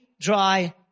dry